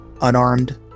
unarmed